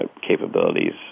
capabilities